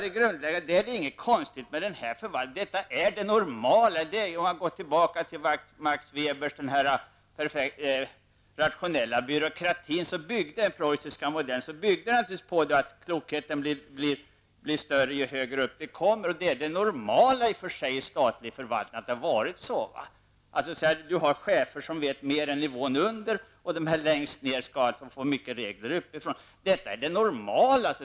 Det är egentligen ingenting konstigt med den här beslutsordningen. Det är det normala -- man behöver bara gå tillbaka till Max Webers teorier om rationell byråkrati. Den bygger på att klokheten blir större ju högre i hierarkin vi kommer. Det är det normala i och för sig inom statlig förvaltning. Man har chefer som vet mer än nivån under, och de längst ner får mycket reglerat uppifrån.